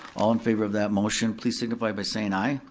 all in favor of that motion please signify by saying aye.